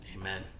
Amen